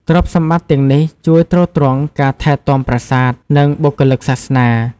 ទ្រព្យសម្បត្តិទាំងនេះជួយទ្រទ្រង់ការថែទាំប្រាសាទ និងបុគ្គលិកសាសនា។